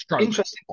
interesting